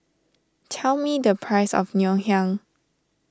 tell me the price of Ngoh Hiang